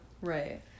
right